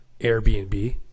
Airbnb